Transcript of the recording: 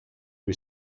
was